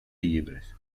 llibres